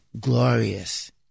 glorious